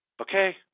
okay